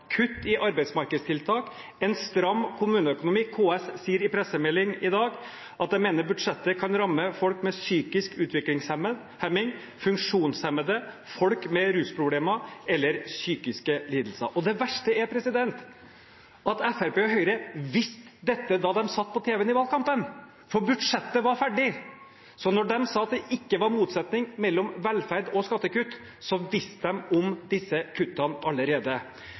kutt i dagpenger, kutt i arbeidsmarkedstiltak, en stram kommuneøkonomi. KS sier i en pressemelding i dag at de mener budsjettet kan ramme folk med psykisk utviklingshemning, funksjonshemmede og folk med rusproblemer eller psykiske lidelser. Det verste er at Fremskrittspartiet og Høyre visste dette da de var på tv i valgkampen, for budsjettet var ferdig. Så når de sa at det ikke var noen motsetning mellom velferd og skattekutt, visste de om disse kuttene allerede.